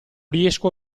riesco